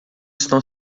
estão